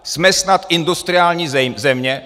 Jsme snad industriální země?